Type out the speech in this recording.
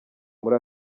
muri